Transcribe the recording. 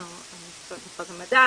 משרד המדע